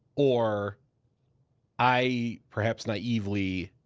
or i perhaps naively,